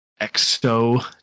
exo